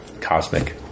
cosmic